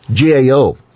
GAO